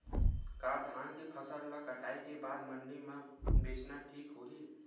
का धान के फसल ल कटाई के बाद मंडी म बेचना ठीक होही?